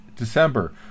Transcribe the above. December